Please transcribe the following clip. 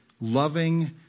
loving